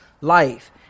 life